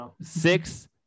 Six